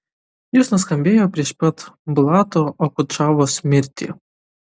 jis nuskambėjo prieš pat bulato okudžavos mirtį